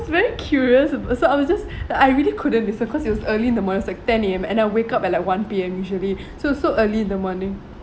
it's very curious so I was just I really couldn't listen because it was early in the morning it was like ten A_M and I wake up at like one P_M usually so so early in the morning